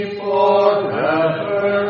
forever